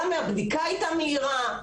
גם הבדיקה הייתה מהירה,